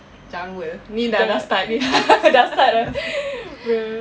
jangan world ni dah dah start ni dah start dah start